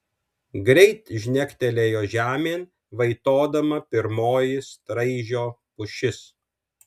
greit žnegtelėjo žemėn vaitodama pirmoji straižio pušis